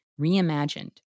reimagined